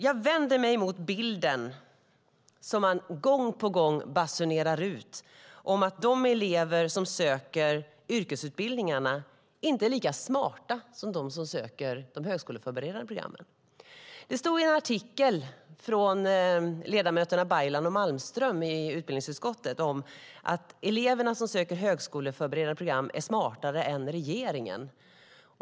Jag vänder mig mot den bild som man gång på gång basunerar ut om att de elever som söker yrkesutbildningarna inte är lika smarta som de som söker de högskoleförberedande programmen. Det står i en artikel av ledamöterna Baylan och Malmström i utbildningsutskottet att de elever som söker högskoleförberedande program är smartare än regeringen.